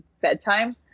bedtime